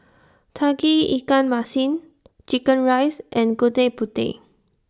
Tauge Ikan Masin Chicken Rice and Gudeg Putih